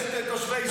לחמש את תושבי ישראל.